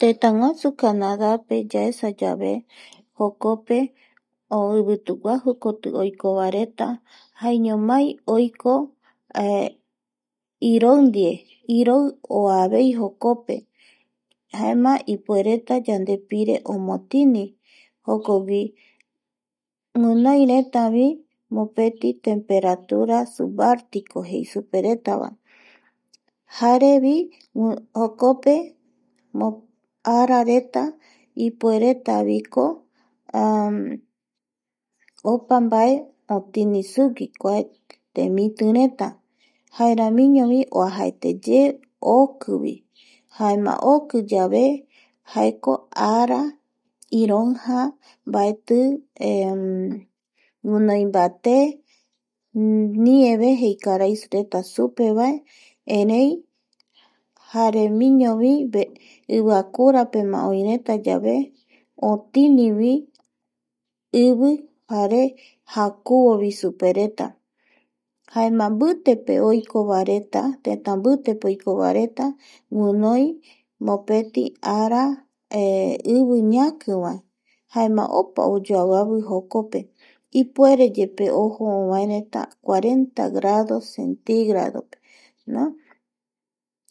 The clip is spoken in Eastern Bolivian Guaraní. Tëtäguasu Canadape yaesa yave jokope o ivituguajukoti oiko vareta pe, jaeñomai oiko iroi ndie, iroi oavei jokope jaema ipuereta yandepire omotini jokogui guinoiretavi mopeti temperatura subartico jei supereta vae jarevi jokope arareta ipueretaviko opa mbae otini sugui kuae temitireta jaeramiñovi oajaeteye okivi jaema oki yave jaeko ara iroija mbaeti guinoimbate nieve jei karaireta supevae erei jaremiñovi iviakurapema oireta yave otinivi ivi jare jakuvovi supereta jaema mbitepe oiko vareta teta mbitepe oikovaereta guinoi mopetei ara ivi ñakivae jaema opa oyoaviavi jokope ipuereyepe ojo ovaereta cuareta grado centrigraope.